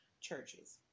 churches